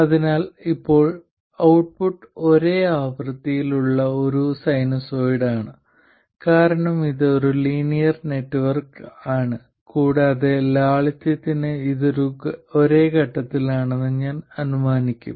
അതിനാൽ ഇപ്പോൾ ഔട്ട്പുട്ട് ഒരേ ആവൃത്തിയിലുള്ള ഒരു സിനുസോയിഡ് ആണ് കാരണം അത് ഒരു ലീനിയർ നെറ്റ്വർക്ക് ആണ് കൂടാതെ ലാളിത്യത്തിന് ഇത് ഒരേ ഘട്ടത്തിലാണെന്ന് ഞാൻ അനുമാനിക്കും